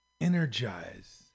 energize